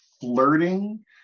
flirting